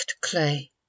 clay